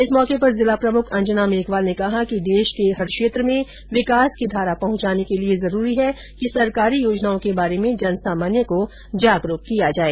इस मौके पर जिला प्रमुख अंजना मेघवाल ने कहा कि देश के हर क्षेत्र में विकास की धारा पहुंचाने के लिए जरूरी है कि सरकारी योजनाओं के बारे में जन सामान्य को जागरूक किया जाये